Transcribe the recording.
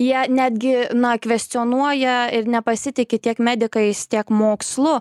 jie netgi na kvestionuoja ir nepasitiki tiek medikais tiek mokslu